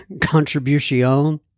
contribution